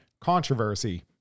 controversy